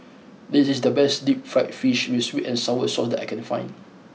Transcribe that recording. this is the best Deep Fried Fish with Sweet and Sour Sauce that I can find